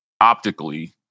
optically